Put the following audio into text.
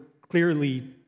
clearly